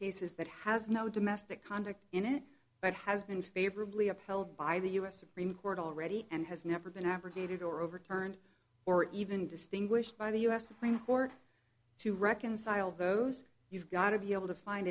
cases that has no domestic conduct in it but has been favorably appealed by the u s supreme court already and has never been abrogated or overturned or even distinguished by the u s supreme court to reconcile those you've got of your will to find